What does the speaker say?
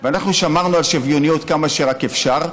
אנחנו שמרנו על שוויוניות כמה שרק אפשר.